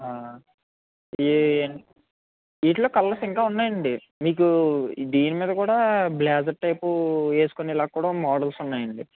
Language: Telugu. ఈ వీటిలో కలర్స్ ఇంకా ఉన్నాయండి మీకు దీని మీద కూడా బ్లేజర్ టైప్ వేసుకునేలాగా కూడా మోడల్స్ ఉన్నాయండి